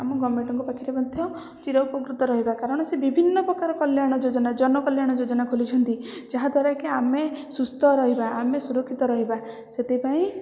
ଆମ ଗଭର୍ଣ୍ଣମେଣ୍ଟଙ୍କ ପାଖରେ ମଧ୍ୟ ଚିରାଉପକୃତ ରହିବା କାରଣ ସେ ବିଭିନ୍ନ ପ୍ରକାର କଲ୍ୟାଣ ଯୋଜନା ଜନକଲ୍ୟାଣ ଯୋଜନା ଖୋଲିଛନ୍ତି ଯାହାଦ୍ୱାରା କି ଆମେ ସୁସ୍ଥ ରହିବା ଆମେ ସୁରକ୍ଷିତ ରହିବା ସେଥିପାଇଁ